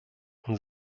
und